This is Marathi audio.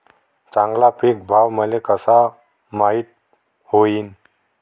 चांगला पीक भाव मले कसा माइत होईन?